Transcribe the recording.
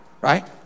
right